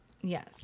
Yes